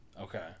Okay